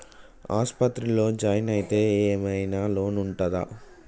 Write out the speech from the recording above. ఆస్పత్రి లో జాయిన్ అయితే ఏం ఐనా లోన్ ఉంటదా?